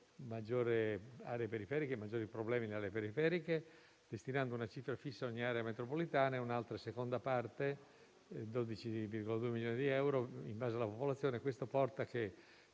maggiore di aree periferiche e maggiori problemi al loro interno, destinando una cifra fissa ad ogni area metropolitana e una seconda parte, pari a 12,2 milioni di euro, in base alla popolazione. Ciò comporta che